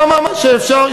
כמה שאפשר.